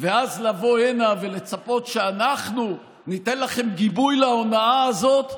ואז לבוא הנה ולצפות שאנחנו ניתן לכם גיבוי להונאה הזאת,